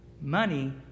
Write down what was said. Money